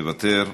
מוותר,